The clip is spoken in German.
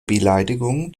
beleidigung